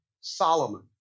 Solomon